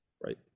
Right